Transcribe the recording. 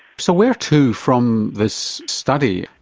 so where to from this study,